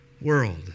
world